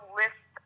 list